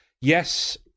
yes